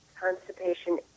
constipation